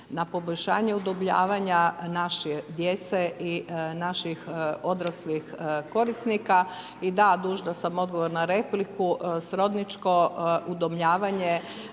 na poboljšanje udomljavanja naše djece i naših odraslih korisnika i da, dužna sam odgovor na repliku, srodničko udomljavanje